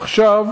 עכשיו